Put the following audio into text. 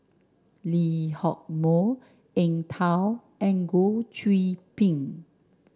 Lee Hock Moh Eng Tow and Goh Qiu Bin